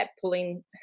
pulling